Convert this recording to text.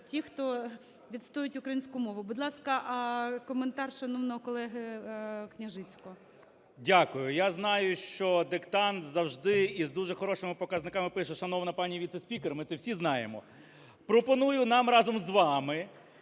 ті, хто відстоюють українську мову. Будь ласка, коментар шановного колегиКняжицького. 13:31:53 КНЯЖИЦЬКИЙ М.Л. Дякую. Я знаю, що диктант завжди, і з дуже хорошими показниками, пише шановна пані віце-спікер, ми це всі знаємо. Пропоную нам разом з вами